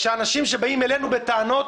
כאנשים שבאים אלינו בטענות,